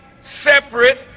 separate